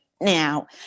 now